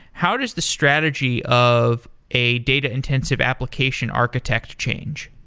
how does the strategy of a data-intensive application architect change?